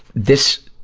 this,